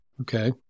Okay